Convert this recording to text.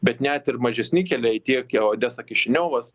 bet net ir mažesni keliai tiek odesa kišiniovas